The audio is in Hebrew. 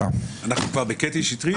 סתם, מתי שבא להם הם מקפידים על הכללים.